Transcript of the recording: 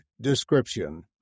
description